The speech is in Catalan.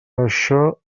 això